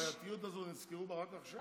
הבעייתיות הזאת, נזכרו בה רק עכשיו?